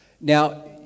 Now